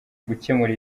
gukemura